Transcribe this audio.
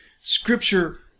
Scripture